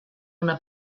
una